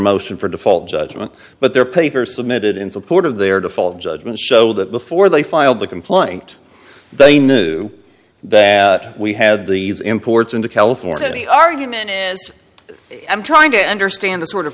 motion for default judgment but their paper submitted in support of their default judgment show that before they filed the complaint they knew that we had these imports into california the argument i'm trying to understand the sort of